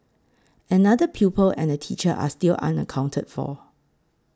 another pupil and a teacher are still unaccounted for